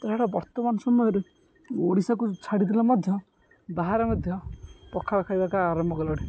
ତ ସେଟା ବର୍ତ୍ତମାନ ସମୟରେ ଓଡ଼ିଶାକୁ ଛାଡ଼ିଦେଲେ ମଧ୍ୟ ବାହାରେ ମଧ୍ୟ ପଖାଳ ଖାଇବାକୁ ଆରମ୍ଭ କଲେଣି